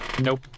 Nope